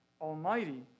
Almighty